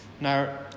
Now